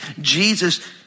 Jesus